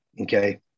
okay